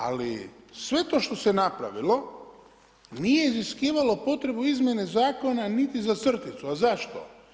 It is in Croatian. Ali sve to što se napravilo nije iziskivalo potrebu izmjene zakona niti za crticu, a zašto?